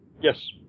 Yes